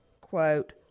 quote